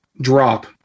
drop